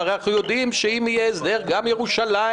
והרי אנחנו יודעים שאם יהיה הסדר גם ירושלים